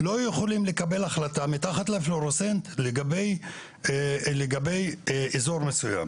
לא יכולים לקבל החלטה מתחת לפלורסנט לגבי איזור מסויים.